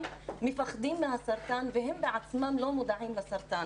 מפחדים מהסרטן והם בעצמם לא מודעים לסרטן.